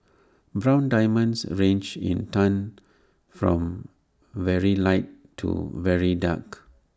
brown diamonds range in tone from very light to very dark